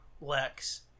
lex